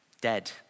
dead